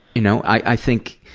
you know? i think.